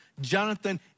Jonathan